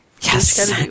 yes